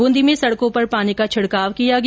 बूंदी में सड़कों पर पानी का छिड़काव किया गया